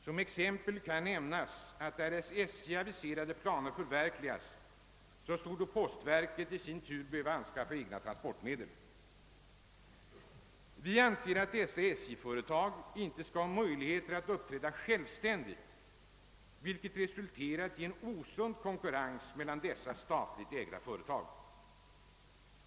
Som exempel kan nämnas att därest SJ:s aviserade pianer förverkligas torde postverket i sin tur behöva anskaffa egna transportmedel. Vi anser att dessa SJ:s dotterföretag inte skall ha möjligheter att uppträda självständigt, vilket resulterat i en osund konkurrens mellan dessa statligt ägda företag.